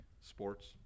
sports